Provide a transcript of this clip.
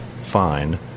fine